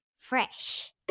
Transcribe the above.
Fresh